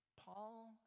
Paul